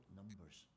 numbers